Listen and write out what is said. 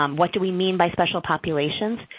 um what do we mean by special populations?